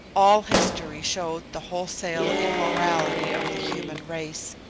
all history showed the wholesale immorality of the human race,